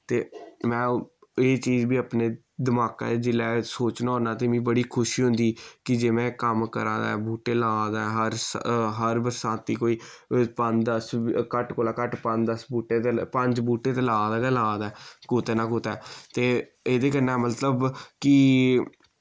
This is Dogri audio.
ते में एह् चीज बी अपने दमाका च जिसलै सोचना होना ते मि बड़ी खुशी होंदी कि जे मैं कम्म करा दा ऐ बूह्टे ला दा ऐ हर स हर बरसांती कोई पंज दस घट्ट कोला घट्ट पंज दस बूह्टे ते पंज बूह्टे ते ला दा गै ला दा ऐ कुतै ना कुतै ते एह्दे कन्नै मतलब कि